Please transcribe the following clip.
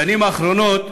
בשנים האחרונות